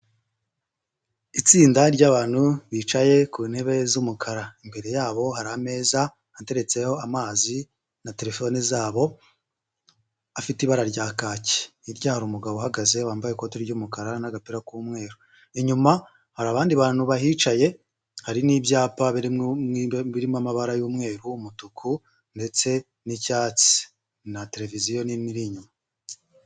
Itsinda ry'abantu bicaye ku ntebe z'umukara, imbere yabo hari ameza ateretseho amazi na telefone zabo afite ibara rya kaki hirya hari umugabo uhagaze wambaye ikote ry'umukara n'agapira k'umweru, inyuma hari abandi bantu bahicaye hari n'ibyapa birimo amabara y'umweru, umutuku ndetse n'icyatsi na televiziyo nini iri inyuma.